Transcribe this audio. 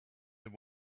they